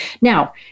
Now